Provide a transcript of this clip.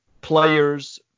players